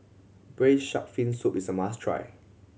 Braised Shark Fin Soup is a must try